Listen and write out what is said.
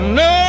no